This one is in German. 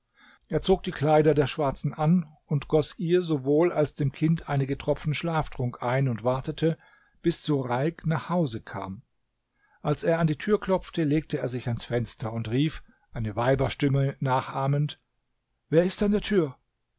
er zog die kleider der schwarzen an und goß ihr sowohl als dem kind einige tropfen schlaftrank ein und wartete bis sureik nach hause kam als er an die tür klopfte legte er sich ans fenster und rief eine weiberstimme nachahmend wer ist an der tür